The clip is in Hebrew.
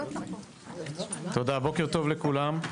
בוקר טוב לכולם.